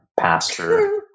pastor